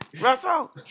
Russell